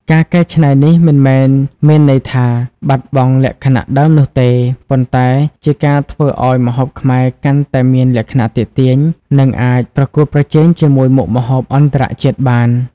ការកែច្នៃនេះមិនមែនមានន័យថាបាត់បង់លក្ខណៈដើមនោះទេ ប៉ុន្តែជាការធ្វើឲ្យម្ហូបខ្មែរកាន់តែមានលក្ខណៈទាក់ទាញ និងអាចប្រកួតប្រជែងជាមួយមុខម្ហូបអន្តរជាតិបាន។